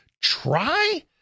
try